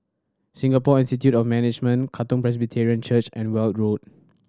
Singapore Institute of Management Katong Presbyterian Church and Weld Road